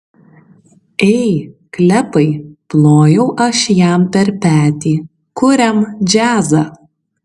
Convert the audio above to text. ei klepai plojau aš jam per petį kuriam džiazą